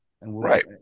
Right